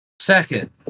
second